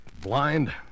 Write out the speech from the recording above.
blind